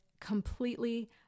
completely